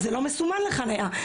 זה לא מסומן לחניה.